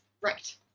Right